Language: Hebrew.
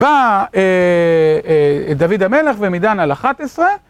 בא אה.. אה.. דוד המלך ומעידן על 11.